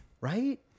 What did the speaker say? right